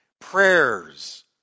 prayers